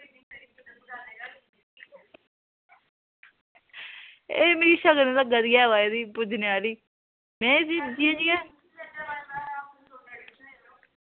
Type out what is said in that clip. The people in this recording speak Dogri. ते एह् मिगी शकल निं लग्गा दी ऐ एह्दी पुज्जनै आह्ली में जियां जियां